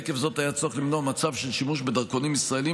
עקב זאת היה צורך למנוע מצב של שימוש בדרכונים ישראליים